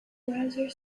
browser